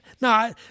No